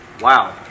Wow